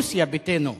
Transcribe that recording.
רוסיה ביתנו.